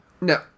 No